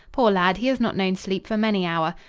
poor lad, he has not known sleep for many hour.